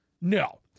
No